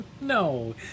No